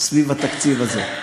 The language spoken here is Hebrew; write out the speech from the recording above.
סביב התקציב הזה.